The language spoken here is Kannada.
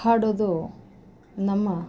ಹಾಡೋದು ನಮ್ಮ